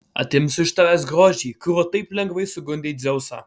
atimsiu iš tavęs grožį kuriuo taip lengvai sugundei dzeusą